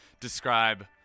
describe